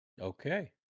Okay